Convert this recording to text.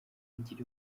abigira